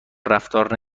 رفتار